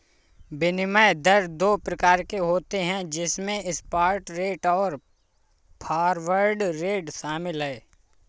विनिमय दर दो प्रकार के होते है जिसमे स्पॉट रेट और फॉरवर्ड रेट शामिल है